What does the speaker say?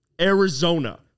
Arizona